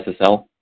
SSL